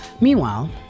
Meanwhile